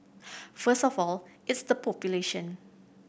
first of all it's the population